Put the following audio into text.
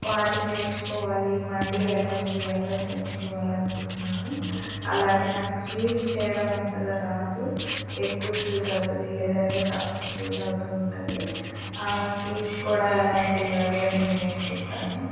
వాటిని నేర్చుకోవాలి మండీ ఎలా చేయాలో నేర్చుకోవాలనుకుంటున్నాను అలాగే నాకు స్వీట్స్ చేయడం అంతగా రాదు ఎక్కువ స్వీట్ అవుతుంది లేదంటే తక్కువ స్వీట్ అవుతూ ఉంటుంది ఆ స్వీట్ కూడా ఎలా చెయ్యాలో అని నేర్చుకుంటాను